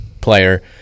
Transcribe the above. player